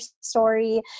story